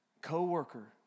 co-worker